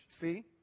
See